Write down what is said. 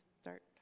start